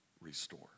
restore